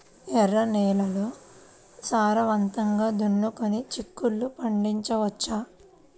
ఎర్ర నేలల్లో సారవంతంగా దున్నుకొని చిక్కుళ్ళు పండించవచ్చు